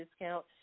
discount